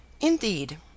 Indeed